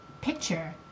picture